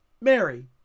Mary